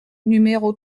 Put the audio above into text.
numéro